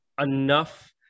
enough